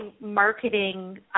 marketing